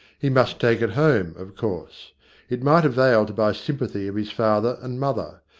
he must take it home, of course it might avail to buy sympathy of his father and mother.